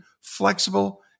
flexible